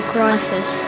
Crisis